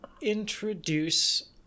introduce